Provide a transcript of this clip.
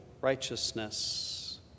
righteousness